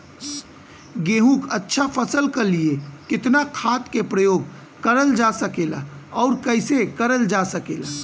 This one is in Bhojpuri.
गेहूँक अच्छा फसल क लिए कितना खाद के प्रयोग करल जा सकेला और कैसे करल जा सकेला?